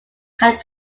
had